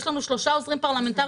יש לנו שלושה עוזרים פרלמנטריים,